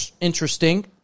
interesting